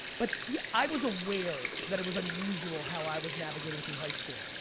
but yeah i was aware that it was unusual how i was navigating through high school,